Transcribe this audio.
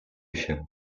się